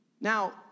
Now